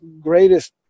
greatest